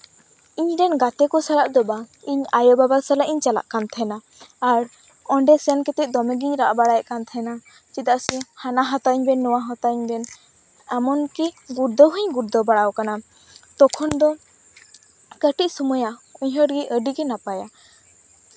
ᱤᱧᱨᱮᱱ ᱜᱟᱛᱮ ᱠᱚ ᱥᱟᱞᱟᱜ ᱫᱚ ᱵᱟᱝ ᱤᱧ ᱟᱭᱳ ᱵᱟᱵᱟ ᱥᱟᱞᱟᱜ ᱤᱧ ᱪᱟᱞᱟᱜ ᱠᱟᱱ ᱛᱟᱦᱮᱸᱫᱼᱟ ᱟᱨ ᱚᱸᱰᱮ ᱥᱮᱱᱠᱟᱛᱮ ᱫᱚᱢᱮ ᱜᱤᱧ ᱨᱟᱜ ᱵᱟᱲᱟᱭᱮᱫ ᱠᱟᱱ ᱛᱟᱦᱮᱸᱫᱼᱟ ᱪᱮᱫᱟᱜ ᱥᱮ ᱦᱟᱱᱟ ᱦᱟᱛᱟᱣᱟᱹᱧᱵᱮᱱ ᱱᱚᱣᱟ ᱦᱟᱛᱟᱣᱟᱹᱧᱵᱮᱱ ᱮᱢᱚᱱᱠᱤ ᱜᱩᱲᱫᱟᱹᱣ ᱦᱩᱧ ᱜᱩᱲᱫᱟᱹᱣ ᱵᱟᱲᱟᱣᱟᱠᱟᱱᱟ ᱛᱚᱠᱷᱚᱱ ᱫᱚ ᱠᱟᱹᱴᱤᱡ ᱥᱚᱢᱚᱭᱟᱜ ᱩᱭᱦᱟᱹᱨᱜᱮ ᱟᱹᱰᱤᱜᱮ ᱱᱟᱯᱟᱭᱟ